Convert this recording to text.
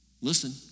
listen